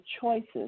choices